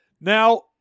now